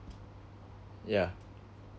yeah